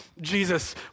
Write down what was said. Jesus